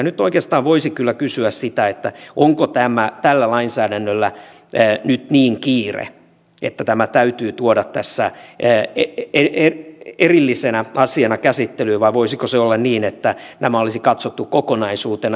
nyt oikeastaan voisi kyllä kysyä sitä onko tällä lainsäädännöllä nyt niin kiire että tämä täytyy tuoda tässä erillisenä asiana käsittelyyn vai voisiko olla niin että nämä olisi katsottu kokonaisuutena